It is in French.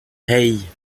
hey